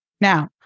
Now